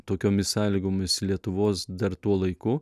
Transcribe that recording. tokiomis sąlygomis lietuvos dar tuo laiku